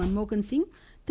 Manmohan Singh Thiru